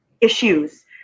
issues